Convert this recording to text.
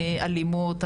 אלימות,